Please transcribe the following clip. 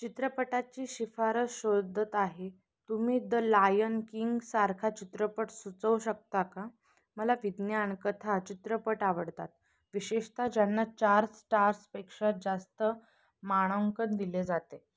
चित्रपटाची शिफार शोधत आहे तुम्ही द लायन किंगसारखा चित्रपट सुचवू शकता का मला विज्ञान कथा चित्रपट आवडतात विशेषत ज्यांना चार स्टार्सपेक्षा जास्त मानांकन दिले जाते